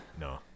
No